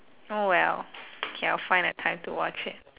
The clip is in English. oh well K I'll find a time to watch it